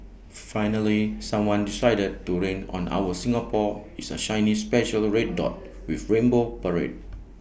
finally someone decided to rain on our Singapore is A shiny special red dot with rainbow parade